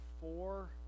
four